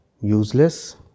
useless